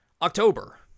October